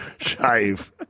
shave